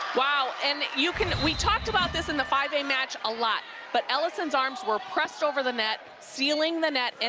wow. and you can we talked about this in the five a match a lot. but ellyson's arms were pressed over the net, sealing the net. and